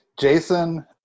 Jason